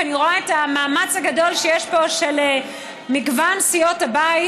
כי אני רואה את המאמץ הגדול שיש פה של מגוון סיעות הבית